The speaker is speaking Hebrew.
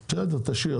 תשאיר.